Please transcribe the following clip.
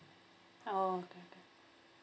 oh K K